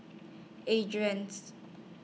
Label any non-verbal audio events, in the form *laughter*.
Adrain *unintelligible*